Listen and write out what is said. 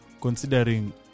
Considering